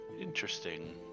Interesting